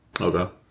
Okay